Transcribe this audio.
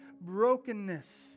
brokenness